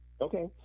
okay